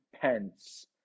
pence